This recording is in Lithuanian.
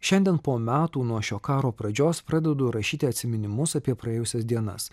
šiandien po metų nuo šio karo pradžios pradedu rašyti atsiminimus apie praėjusias dienas